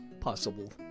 possible